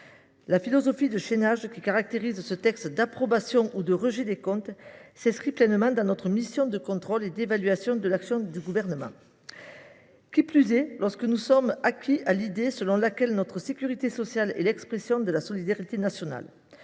La philosophie de « chaînage » qui caractérise ce texte d’approbation ou de rejet des comptes s’inscrit pleinement dans notre mission de contrôle et d’évaluation de l’action du Gouvernement. Nous en sommes d’autant plus convaincus que nous sommes acquis à l’idée selon laquelle notre sécurité sociale est l’expression de la solidarité nationale.